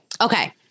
Okay